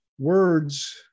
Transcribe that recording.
words